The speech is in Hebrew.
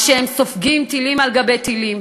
כשהם סופגים טילים על גבי טילים,